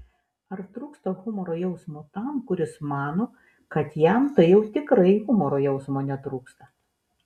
ar trūksta humoro jausmo tam kuris mano kad jam tai jau tikrai humoro jausmo netrūksta